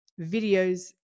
videos